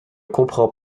comprend